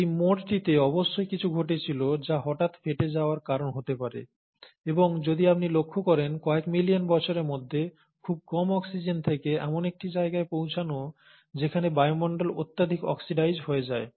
এই মোড়টিতে অবশ্যই কিছু ঘটেছিল যা হঠাৎ ফেটে যাওয়ার কারণ হতে পারে এবং যদি আপনি লক্ষ করেন কয়েক মিলিয়ন বছরের মধ্যে খুব কম অক্সিজেন থেকে এমন একটি জায়গায় পৌঁছানো যেখানে বায়ুমণ্ডল অত্যধিক অক্সিডাইজড হয়ে যায়